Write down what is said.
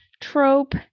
trope